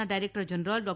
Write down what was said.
ના director general ડો